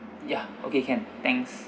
yeah okay can thanks